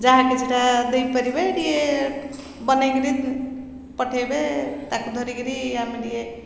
ଯାହା କିଛିଟା ଦେଇ ପାରିବେ ଟିକେ ବନେଇକିରି ପଠେଇବେ ତା'କୁ ଧରିକିରି ଆମେ ଟିକେ